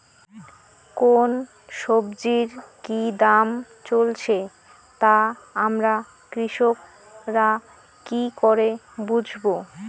কোন সব্জির কি দাম চলছে তা আমরা কৃষক রা কি করে বুঝবো?